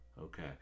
Okay